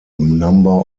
number